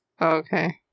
Okay